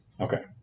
Okay